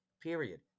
period